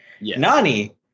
nani